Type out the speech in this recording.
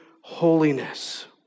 holiness